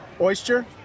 Oyster